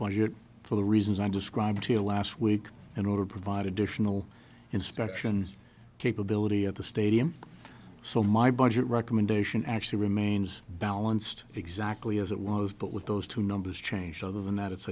budget for the reasons i described to you last week in order to provide additional inspection capability at the stadium so my budget recommendation actually remains balanced exactly as it was but with those two numbers changed other than that it's